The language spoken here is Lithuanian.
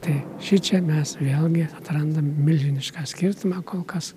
tai šičia mes vėlgi atrandam milžinišką skirtumą kol kas